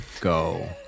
go